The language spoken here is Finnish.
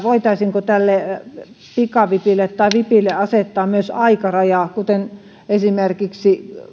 voitaisiinko tälle vipille asettaa myös aikaraja kuten esimerkiksi